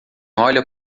olha